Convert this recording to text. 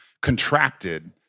contracted